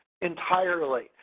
entirely